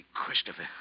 Christopher